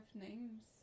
names